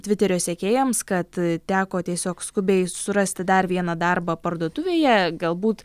tviterio sekėjams kad teko tiesiog skubiai surasti dar vieną darbą parduotuvėje galbūt